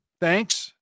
thanks